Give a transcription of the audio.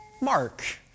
Mark